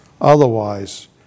Otherwise